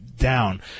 down